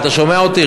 אתה שומע אותי,